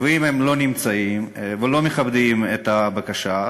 ואם הם לא נמצאים ולא מכבדים את הבקשה,